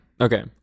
Okay